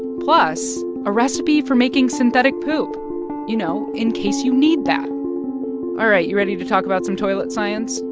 plus a recipe for making synthetic poop you know, in case you need that all right, you ready to talk about some toilet science?